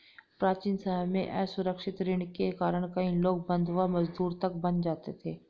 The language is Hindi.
प्राचीन समय में असुरक्षित ऋण के कारण कई लोग बंधवा मजदूर तक बन जाते थे